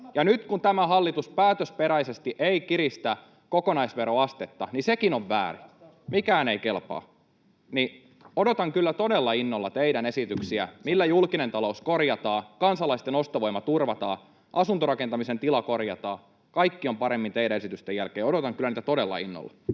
Nyt kun tämä hallitus päätösperäisesti ei kiristä kokonaisveroastetta, niin sekin on väärin. Mikään ei kelpaa. Odotan kyllä todella innolla teidän esityksiänne, millä julkinen talous korjataan, kansalaisten ostovoima turvataan ja asuntorakentamisen tila korjataan. Kaikki on paremmin teidän esitystenne jälkeen. Odotan kyllä niitä todella innolla.